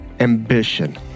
ambition